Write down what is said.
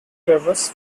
drivers